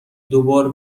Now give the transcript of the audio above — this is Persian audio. دوبار